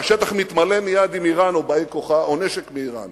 והשטח מתמלא מייד עם אירן או באי כוחה או נשק מאירן